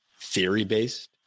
theory-based